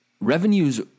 revenues